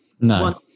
No